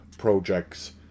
projects